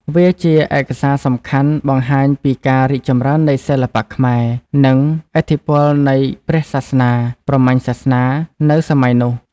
វាជាឯកសារសំខាន់បង្ហាញពីការរីកចម្រើននៃសិល្បៈខ្មែរ និងឥទ្ធិពលនៃព្រះសាសនាព្រហ្មញ្ញសាសនានៅសម័យនោះ។